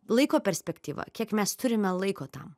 laiko perspektyva kiek mes turime laiko tam